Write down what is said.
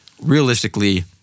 realistically